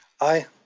Aye